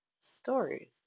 stories